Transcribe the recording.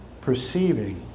perceiving